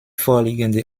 vorliegende